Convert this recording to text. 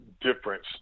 difference